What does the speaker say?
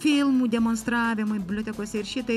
filmų demonstravimui bibliotekose ir šitai